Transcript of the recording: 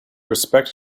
respect